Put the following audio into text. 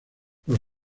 los